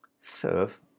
serve